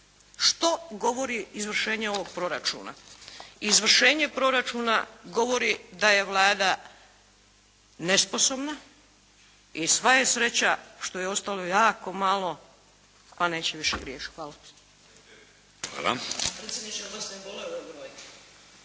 Što govori izvršenje ovog proračuna? Izvršenje proračuna govori da je Vlada nesposobna i sva je sreća što je ostalo jako malo, pa neće više griješiti. Hvala.